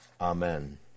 Amen